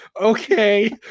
okay